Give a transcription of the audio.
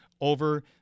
over